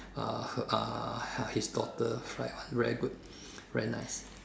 uh her uh her his daughter fry one very good very nice